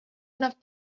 enough